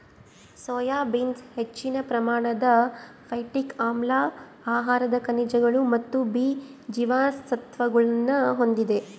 soya beans ಹೆಚ್ಚಿನ ಪ್ರಮಾಣದ phytic ಆಮ್ಲ ಆಹಾರದ ಖನಿಜಗಳು ಮತ್ತು ಬಿ ಜೀವಸತ್ವಗುಳ್ನ ಹೊಂದಿದೆ